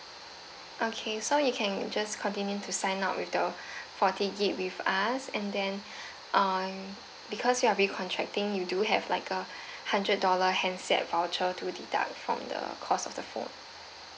okay so you can just continue to sign up with your forty gig with us and then uh because you are re-contracting you do have like a hundred dollar handset voucher to deduct from the cost of the phone